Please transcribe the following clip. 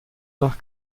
nach